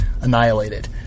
annihilated